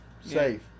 safe